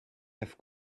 have